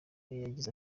yagize